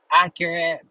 accurate